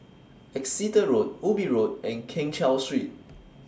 Exeter Road Ubi Road and Keng Cheow Street